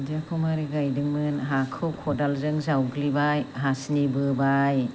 दुन्दियाखौ माबोरै गायदोंमोन हाखौ खदालजों जावग्लिबाय हासिनि बोबाय